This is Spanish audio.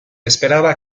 esperaba